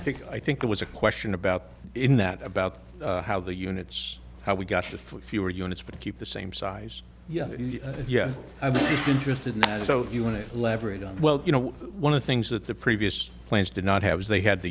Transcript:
i think i think it was a question about it in that about how the units how we got to for fewer units but keep the same size yeah yeah i'm interested in that so you want to elaborate on well you know one of the things that the previous plans did not have is they had the